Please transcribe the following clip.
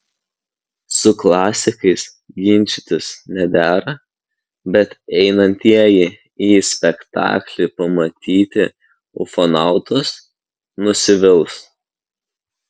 su klasikais ginčytis nedera bet einantieji į spektaklį pamatyti ufonautus nusivils